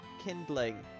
kindling